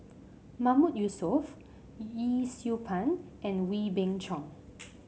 Mahmood Yusof Yee Siew Pun and Wee Beng Chong